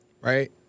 right